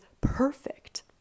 perfect